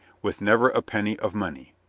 with never a penny of money.